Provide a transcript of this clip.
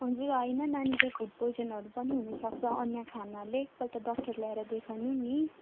हजुर होइन नानीले फुड पोइजनहरू पनि हुनसक्छ अन्य खानाले एकपल्ट डाक्टर ल्याएर देखाउनु नि